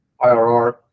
IRR